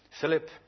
Philip